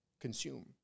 consume